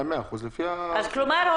כלומר,